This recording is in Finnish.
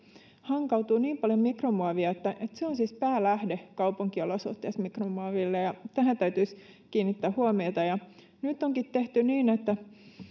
hankautuu niin paljon mikromuovia että se on siis päälähde kaupunkiolosuhteissa mikromuoville ja tähän täytyisi kiinnittää huomiota nyt onkin tehty niin että